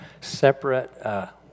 separate